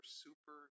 super